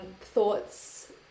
thoughts